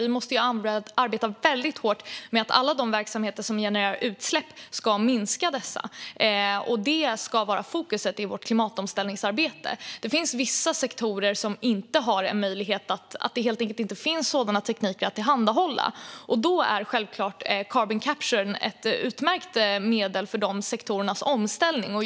Vi måste ju arbeta väldigt hårt med att alla de verksamheter som genererar utsläpp ska minska dem; det ska vara fokus i vårt klimatomställningsarbete. Det finns dock sektorer där det helt enkelt inte går att använda sådana tekniker, och carbon capture är självklart ett utmärkt medel för de sektorernas omställning.